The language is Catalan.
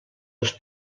els